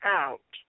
out